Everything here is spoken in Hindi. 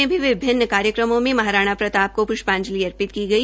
अंबाला जिले में भी विभिन्न कार्यक्रमों में महाराणा प्रताप को पृष्यांजलि अर्पित की गई